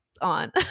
on